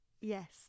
yes